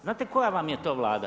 Znate koja vam je to Vlada?